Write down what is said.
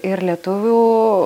ir lietuvių